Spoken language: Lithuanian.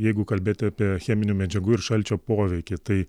jeigu kalbėti apie cheminių medžiagų ir šalčio poveikį tai